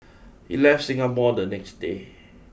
he left Singapore the next day